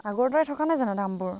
আগৰ দৰে থকা নাই জানো দামবোৰ